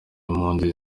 impunzi